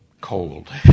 cold